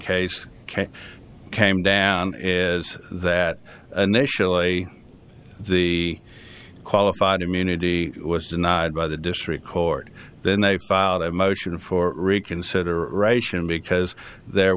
came came down is that initially the qualified immunity was denied by the district court then they filed a motion for reconsideration because there